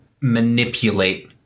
manipulate